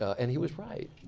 and he was right.